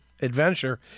adventure